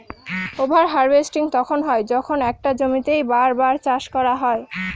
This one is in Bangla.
ওভার হার্ভেস্টিং তখন হয় যখন একটা জমিতেই বার বার চাষ করা হয়